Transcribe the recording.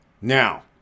Now